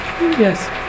Yes